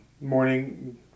Morning